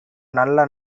நல்ல